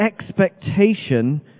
expectation